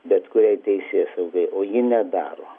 bet kuriai teisėsaugai o ji nedaro